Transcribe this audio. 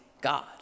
God